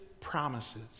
promises